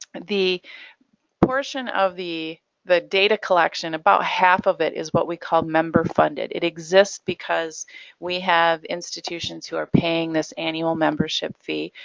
the portion of the the data collection, about half of it is what we call member funded. it exists because we have institutions who are paying this annual membership fee.